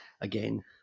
again